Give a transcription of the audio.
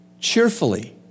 cheerfully